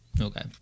Okay